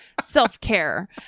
self-care